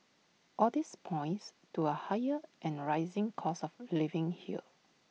all these points to A higher and rising cost of living here